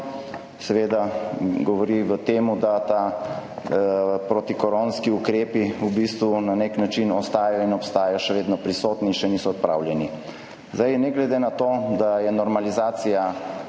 Seveda govori o tem, da protikoronski ukrepi v bistvu na nek način obstajajo in ostajajo še vedno prisotni in še niso odpravljeni. Ne glede na to, da je normalizacija